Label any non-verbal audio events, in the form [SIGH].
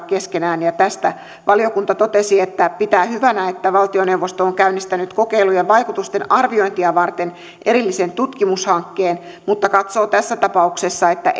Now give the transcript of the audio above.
[UNINTELLIGIBLE] keskenään tästä valiokunta totesi että se pitää hyvänä että valtioneuvosto on käynnistänyt kokeilujen vaikutusten arviointia varten erillisen tutkimushankkeen mutta katsoo tässä tapauksessa että [UNINTELLIGIBLE]